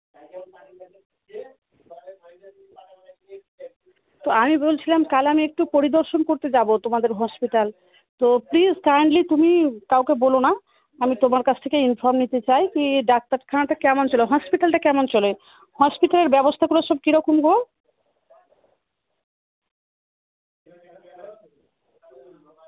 তো আমি বলছিলাম কাল আমি একটু পরিদর্শন করতে যাবো তোমাদের হসপিটাল তো প্লিজ কাইন্ডলি তুমি কাউকে বোলো না আমি তোমার কাছ থেকে ইনফ্রম নিতে চাই কি ডাক্তারখানাটা কেমন চলে হসপিটালটা কেমন চলে হসপিটালের ব্যবস্থাগুলো সব কীরকম গো